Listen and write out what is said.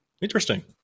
Interesting